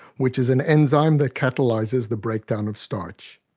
which is an enzyme that catalyzes the breakdown of starch.